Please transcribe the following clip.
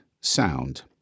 sound